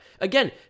Again